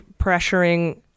pressuring